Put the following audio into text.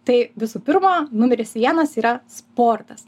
tai visų pirma numeris vienas yra sportas